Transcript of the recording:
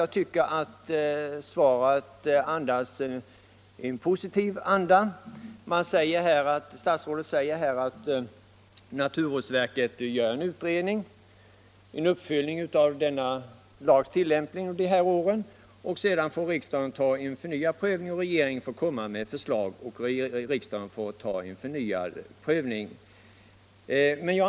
Jag tycker att svaret har en positiv anda. Statsrådet säger att naturvårdsverket gör en utredning och en uppföljning av lagens tillämpning under de gångna åren, och sedan får regeringen framlägga förslag och riksdagen göra en förnyad prövning.